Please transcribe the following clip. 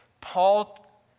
Paul